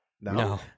No